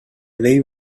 vell